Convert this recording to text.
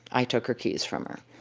i took her keys from her.